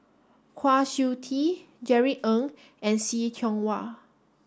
Kwa Siew Tee Jerry Ng and See Tiong Wah